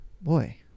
boy